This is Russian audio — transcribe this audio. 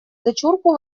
дочурку